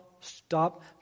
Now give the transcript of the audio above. stop